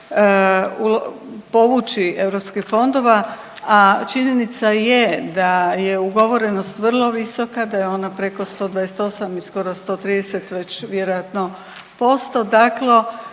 povući europskih fondova, a činjenica je da je ugovorenost vrlo visoka, da je ona preko 128 i skoro 130 već vjerojatno posto.